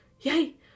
yay